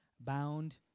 bound